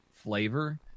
flavor